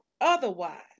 otherwise